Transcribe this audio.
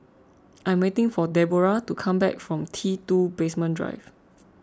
I am waiting for Deborah to come back from T two Basement Drive